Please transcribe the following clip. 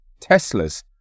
Teslas